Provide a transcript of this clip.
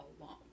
alone